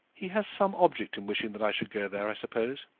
he has some object in wishing that i should go there, i suppose.